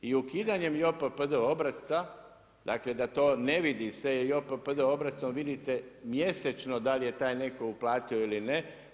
I ukidanjem JOPPD obrasca dakle da to ne vidi se i JOPPD obrascem vidite mjesečno da li je taj netko uplatio ili ne.